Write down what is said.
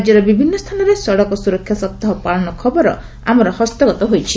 ରାଜ୍ୟର ବିଭିନ୍ ସ୍ରାନରେ ସଡ଼କ ସ୍ବରକ୍ଷା ସପ୍ତାହ ପାଳନ ଖବର ଆମର ହସ୍ତଗତ ହୋଇଛି